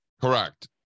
Correct